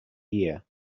year